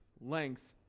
length